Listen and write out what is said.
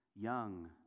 Young